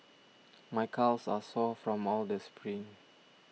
my calves are sore from all the sprints